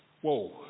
Whoa